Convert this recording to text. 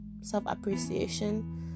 self-appreciation